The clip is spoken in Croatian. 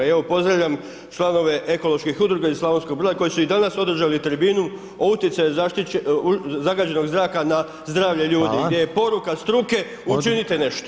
Evo pozdravljam članove ekoloških udruga iz Slavonskog Broda koji su i danas održali tribinu o utjecaju zagađenog zraka na zdravlje ljudi [[Upadica: Hvala]] gdje je poruka struke učinite nešto.